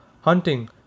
hunting